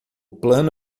plano